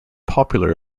popular